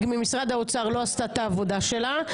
ממשרד האוצר לא עשתה את העבודה שלה,